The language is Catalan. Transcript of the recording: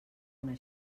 una